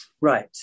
Right